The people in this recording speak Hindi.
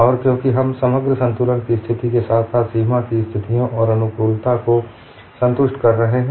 और क्योंकि हम समग्र संतुलन की स्थिति के साथ साथ सीमा की स्थितियों और अनुकूलता को संतुष्ट कर रहे हैं